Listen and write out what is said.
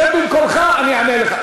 שב במקומך ואני אענה לך.